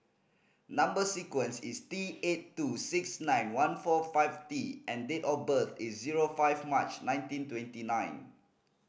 number sequence is T eight two six nine one four five T and date of birth is zero five March nineteen twenty nine